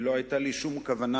ולא היתה לי שום כוונה,